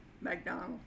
McDonald